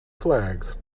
flags